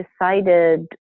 decided